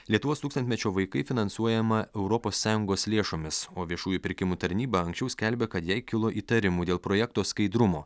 lietuvos tūkstantmečio vaikai finansuojama europos sąjungos lėšomis o viešųjų pirkimų tarnyba anksčiau skelbė kad jai kilo įtarimų dėl projekto skaidrumo